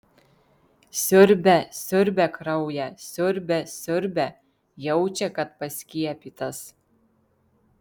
siurbia siurbia kraują siurbia siurbia jaučia kad paskiepytas